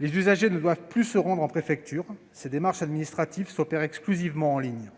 Les usagers ne doivent plus se rendre en préfecture ; ces démarches administratives s'opèrent exclusivement en ligne.